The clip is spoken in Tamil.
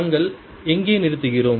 நாங்கள் எங்கே நிறுத்துகிறோம்